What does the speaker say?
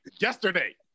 Yesterday